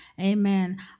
amen